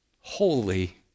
holy